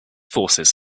forces